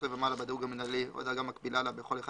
ומעלה בדירוג המנהלי או דרגה מקבילה לה בכל אחד